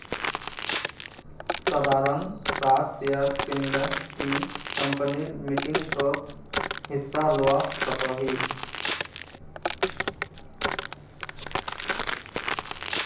साधारण सा शेयर किनले ती कंपनीर मीटिंगसोत हिस्सा लुआ सकोही